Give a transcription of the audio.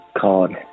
called